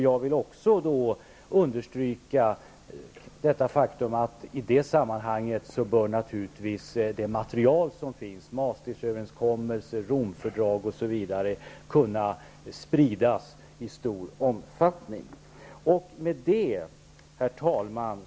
Jag vill också understryka att man i det sammanhanget naturligtvis bör kunna sprida det material som finns -- Maastricht-överenskommelse, Herr talman!